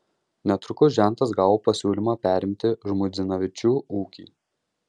netrukus žentas gavo pasiūlymą perimti žmuidzinavičių ūkį